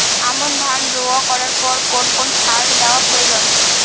আমন ধান রোয়া করার পর কোন কোন সার দেওয়া প্রয়োজন?